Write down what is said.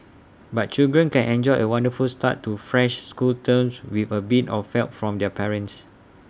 but children can enjoy A wonderful start to fresh school terms with A bit of felt from their parents